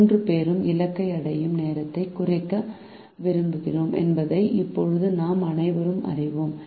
மூன்று பேரும் இலக்கை அடையும் நேரத்தை குறைக்க விரும்புகிறோம் என்பதை இப்போது நாம் அனைவரும் அறிவோம்